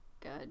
good